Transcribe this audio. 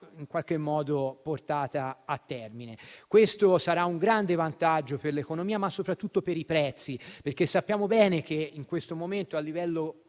in qualche modo portata a termine. Questo rappresenterà un grande vantaggio per l'economia, ma soprattutto per i prezzi. Sappiamo bene, infatti, che in questo momento a livello